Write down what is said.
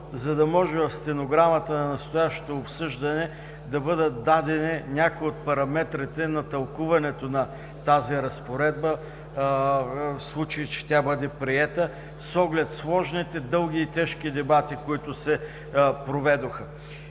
за да може в стенограмата от настоящето обсъждане да бъдат дадени някои от параметрите на тълкуването на тази разпоредба, в случай че тя бъде приета, с оглед на сложните, дълги и тежки дебати, които се проведоха.